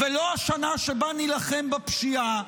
ולא השנה שבה נילחם בפשיעה,